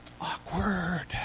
Awkward